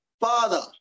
Father